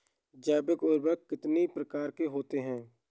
जैव उर्वरक कितनी प्रकार के होते हैं?